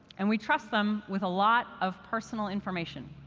and we trust them with a lot of personal information.